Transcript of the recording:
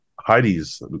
Heidi's